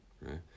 right